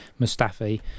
Mustafi